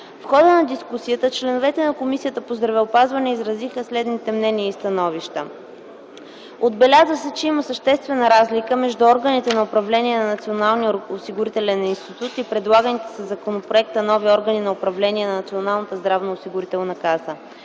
В хода на дискусията, членовете на Комисията по здравеопазването изразиха следните мнения и становища: Отбеляза се, че има съществена разлика между органите на управление на Националния осигурителен институт и предлаганите със законопроекта нови органи на управление на Националната здравноосигурителна каса.